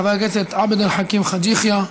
חבר הכנסת עבד אל חכים חאג' יחיא,